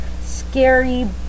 scary